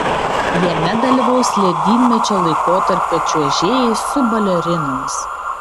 jame dalyvaus ledynmečio laikotarpio čiuožėjai su balerinomis